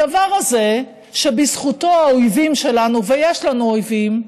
הדבר הזה שבזכותו האויבים שלנו, ויש לנו אויבים,